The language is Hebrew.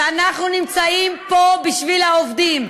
ואנחנו נמצאים פה בשביל העובדים,